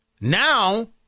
Now